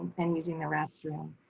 and using the restroom.